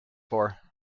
for